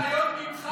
שקיבלה הנחיות ממך